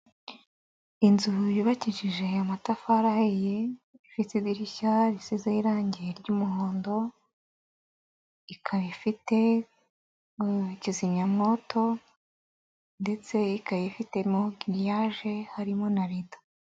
i Inzu yubakijijeya amatafari ahiye, ifite idirishya risizeho irangi ry'umuhondo, ikaba ifite mo kizimyamwoto ndetse ikaba ifite mo giliyaje, harimo na rido.